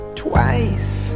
twice